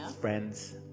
friends